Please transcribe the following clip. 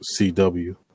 CW